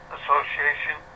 Association